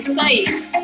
saved